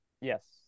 Yes